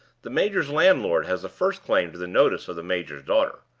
the major's landlord has the first claim to the notice of the major's daughter.